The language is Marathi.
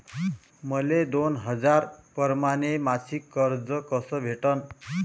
मले दोन हजार परमाने मासिक कर्ज कस भेटन?